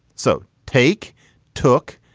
so take took,